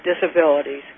disabilities